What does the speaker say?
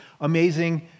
amazing